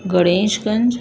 Ganesh Ganj